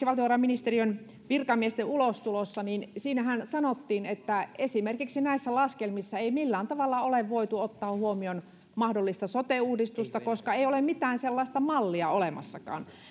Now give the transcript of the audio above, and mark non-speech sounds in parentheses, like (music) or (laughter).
(unintelligible) valtiovarainministeriön virkamiesten ulostulossahan sanottiin että näissä laskelmissa esimerkiksi ei millään tavalla ole voitu ottaa huomioon mahdollista sote uudistusta koska ei ole mitään sellaista mallia olemassakaan